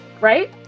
right